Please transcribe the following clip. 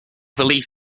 believed